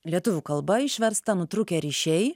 lietuvių kalba išversta nutrūkę ryšiai